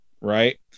right